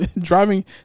driving